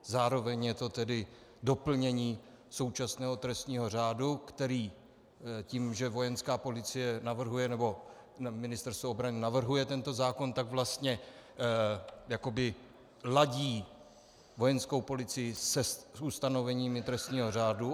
Zároveň je to tedy doplnění současného trestního řádu, který tím, že Vojenská policie nebo Ministerstvo obrany navrhuje tento zákon, tak vlastně jakoby ladí Vojenskou policii s ustanoveními trestního řádu.